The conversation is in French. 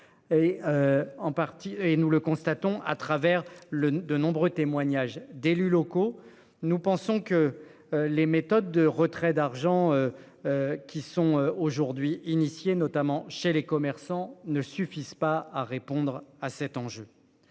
et nous le constatons à travers le de nombreux témoignages d'élus locaux. Nous pensons que. Les méthodes de retraits d'argent. Qui sont aujourd'hui initiée notamment chez les commerçants ne suffisent pas à répondre à cet enjeu.